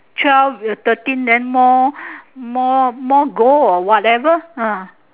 twelve thirteen then more more gold or whatever